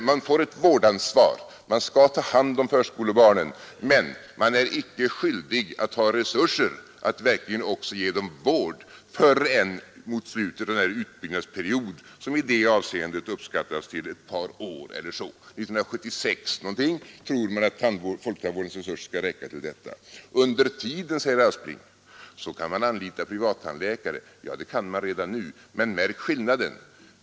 Man får ett vårdansvar, man skall ta hand om förskolebarnen men man är icke skyldig att ha resurser att verkligen också ge dem vård förrän mot slutet av denna utbyggnadsperiod, som i det avseendet uppskattas till ett par år. Ungefär 1976 tror man att folktandvårdens resurser skall räcka till detta. Under tiden, säger herr Aspling, kan man anlita privattandläkare. Ja, det kan man redan nu. Men märk skillnaden!